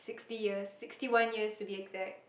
sixty years sixty one years to be exact